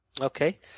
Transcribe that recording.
Okay